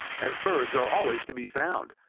as birds are always to be found,